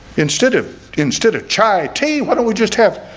instead of instead of chai tea. why don't we just have